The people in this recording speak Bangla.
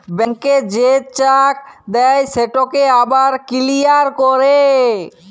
ব্যাংকে যে চ্যাক দেই সেটকে আবার কিলিয়ার ক্যরে